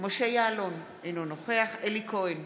משה יעלון, אינו נוכח אלי כהן,